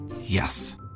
Yes